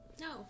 No